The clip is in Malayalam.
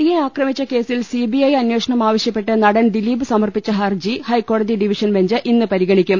നടിയെ ആക്രമിച്ച കേസിൽ സി ബി ഐ അന്വേഷണം ആവശ്യപ്പെട്ട് നടൻ ദിലീപ് സമർപ്പിച്ച ഹർജി ഹൈക്കോടതി ഡിവിഷൻ ബെഞ്ച് ഇന്ന് പരിഗണിക്കും